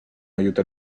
aiuta